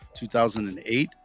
2008